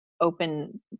open